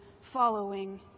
following